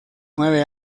nueve